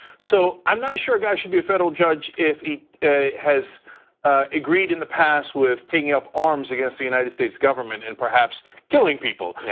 so i'm not sure a guy should be a federal judge if he has agreed in the past with taking up arms against the united states government and perhaps killing people,